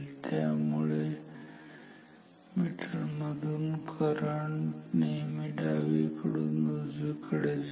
त्यामुळे मीटर मधून करंट नेहमी डावीकडून उजवीकडे जाईल